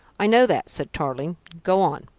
i know that, said tarling. go on.